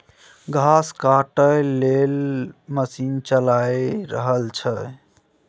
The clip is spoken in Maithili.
घास काटय लेल मशीन चला रहल छै